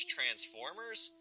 Transformers